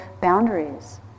boundaries